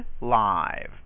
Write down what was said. Live